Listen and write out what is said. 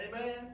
Amen